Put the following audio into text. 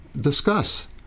discuss